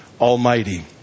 Almighty